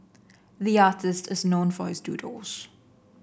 the artist is known for his doodles